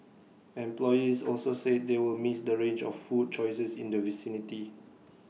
employees also said they will miss the range of food choices in the vicinity